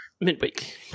Midweek